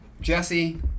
Jesse